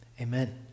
Amen